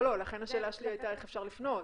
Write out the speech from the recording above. לא, לכן השאלה שלי הייתה איך אפשר לפנות.